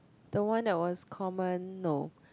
the one that was common no